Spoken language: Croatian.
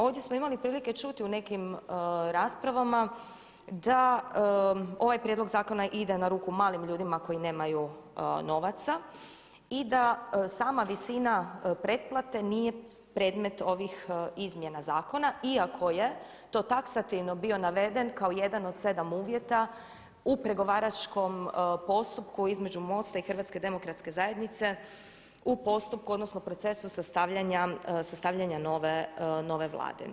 Ovdje smo imali prilike čuti u nekim raspravama da ovaj prijedlog zakona ide na ruku malim ljudima koji nemaju novaca i da sama visina pretplate nije predmet ovih izmjena zakona iako je to taksativno naveden kao jedan od 7 uvjeta u pregovaračkom postupku između MOST-a i HDZ-a u postupku odnosno procesu sastavljanja nove Vlade.